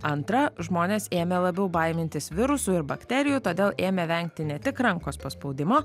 antra žmonės ėmė labiau baimintis virusų ir bakterijų todėl ėmė vengti ne tik rankos paspaudimo